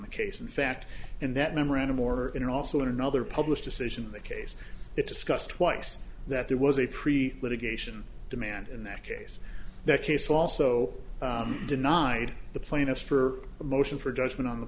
the case in fact in that memorandum order and also in another published decision in the case it discussed twice that there was a pre litigation demand in that case that case also denied the plaintiff for a motion for judgment on the